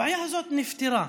הבעיה הזאת נפתרה.